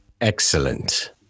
Excellent